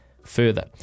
further